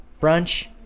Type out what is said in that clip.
brunch